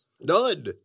None